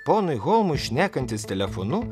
ponui holmui šnekantis telefonu